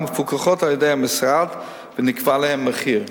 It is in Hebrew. מפוקחות על-ידי המשרד ונקבע להן מחיר.